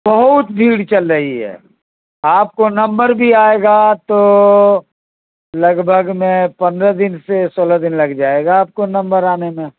بہت بھیڑ چل رہی ہے آپ کو نمبر بھی آئے گا تو لگ بھگ میں پندرہ دن سے سولہ دن لگ جائے گا آپ کو نمبر آنے میں